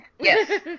Yes